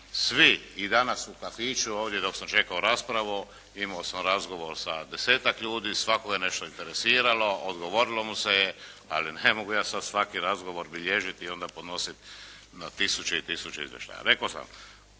svi i danas u kafiću ovdje dok sam čekao raspravu, imao sam razgovor sa desetak ljudi, svakoga je nešto interesiralo, odgovorilo mu se je, ali ne mogu ja sad svaki razgovor bilježiti i onda podnositi na tisuće i tisuće izvještaja. Rekao sam,